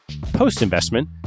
Post-investment